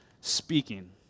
speaking